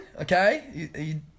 okay